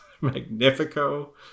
Magnifico